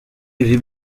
ibi